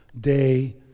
day